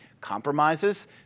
compromises